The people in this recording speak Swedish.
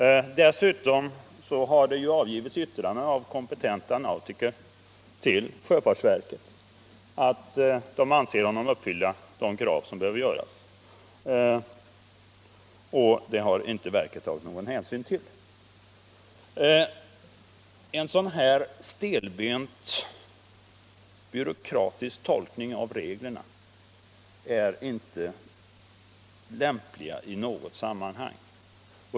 Kompetenta nautiker har dessutom i yttrande till sjöfartsverket intygat att de anser honom uppfylla de krav som kan ställas. Det har verket inte tagit hänsyn till. En sådan här stelbent byråkratisk tolkning av reglerna är inte lämplig i något sammanhang.